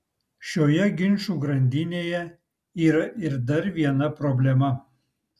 šioje ginčų grandinėje yra ir dar viena problema